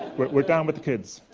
we're down with the kids.